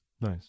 Nice